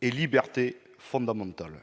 et libertés fondamentaux. Pour